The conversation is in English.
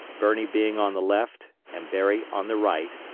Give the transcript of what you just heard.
birney being on the left and berry on the right,